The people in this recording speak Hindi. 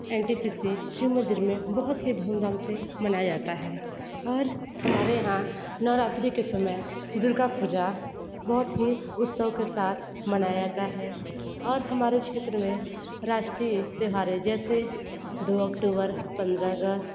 N T P C Shiv मंदिर में बहुत ही धूमधाम से मनाया जाता है और हमारे यहाँ नवरात्रि के समय दुर्गा पूजा बहुत ही उत्सव के साथ मनाया जाता है और हमारे क्षेत्र में राष्ट्रीय त्यौहारें जैसे दो अक्टूबर पंद्रह अगस्त